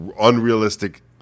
unrealistic